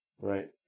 Right